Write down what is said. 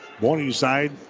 Morningside